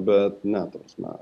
bet ne ta prasme